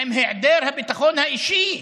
עם היעדר הביטחון האישי.